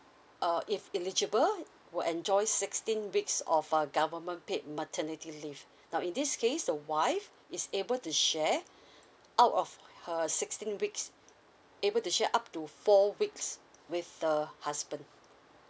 uh if eligible will enjoys sixteen weeks of uh government paid maternity leave now in this case the wife is able to share out of her sixteen weeks able to share up to four weeks with the husband